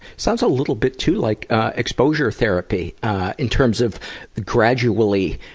sounds a little bit, too, like exposure therapy in terms of gradually